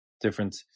different